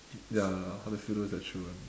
ya how does it feel to have children